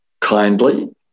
kindly